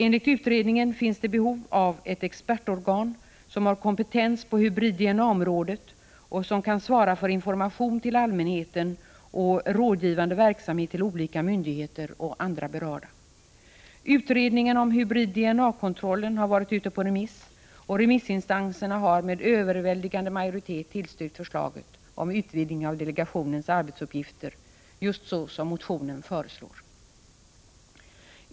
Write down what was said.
Enligt utredningen finns det behov av ett expertorgan som har kompetens på hybrid-DNA-området och som kan svara för information till allmänheten samt för rådgivande verksamhet till olika myndigheter och andra berörda. Utredningen om hybrid-DNA-kontrollen har varit ute på remiss, och remissinstanserna har med överväldigande majoritet tillstyrkt förslaget om utvidgning av delegationens arbetsuppgifter i enlighet med vad som anförs i motionen.